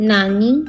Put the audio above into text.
Nani